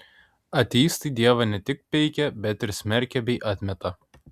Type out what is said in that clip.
ateistai dievą ne tik peikia bet ir smerkia bei atmeta